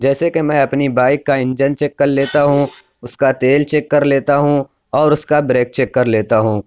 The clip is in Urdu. جیسے کہ میں اپنی بائیک کا انجن چیک کر لیتا ہوں اس کا تیل چیک کر لیتا ہوں اور اس کا بریک چیک کر لیتا ہوں